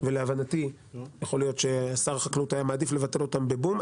ולהבנתי יכול להיות ששר החקלאות היה מעדיף לבטל אותם בבום,